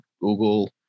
Google